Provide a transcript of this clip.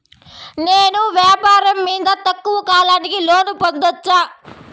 నేను వ్యాపారం మీద తక్కువ కాలానికి లోను పొందొచ్చా?